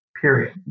Period